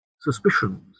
suspicions